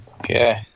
Okay